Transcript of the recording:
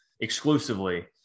exclusively